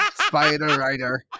Spider-Rider